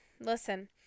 listen